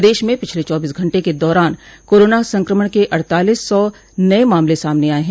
प्रदेश में पिछले चौबीस घंटे के दौरान कोराना संक्रमण के अड़तालीस सौ नये मामले सामने आये हैं